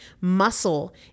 Muscle